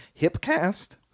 Hipcast